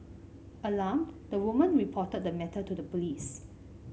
alarmed the woman reported the matter to the police